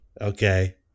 Okay